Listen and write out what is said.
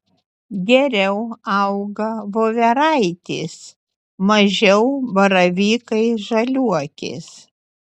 geriau auga voveraitės mažiau baravykai žaliuokės